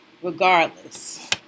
Regardless